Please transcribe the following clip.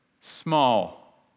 small